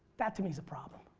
that to me is a problem.